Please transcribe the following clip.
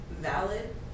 valid